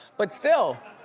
but still,